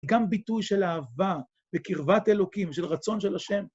גם ביטוי של אהבה וקרבת אלוקים, של רצון של ה'.